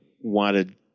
wanted